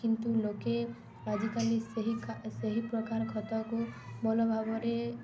କିନ୍ତୁ ଲୋକେ ଆଜିକାଲି ସେହି ସେହି ପ୍ରକାର ଖତକୁ ଭଲ ଭାବରେ